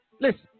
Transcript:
listen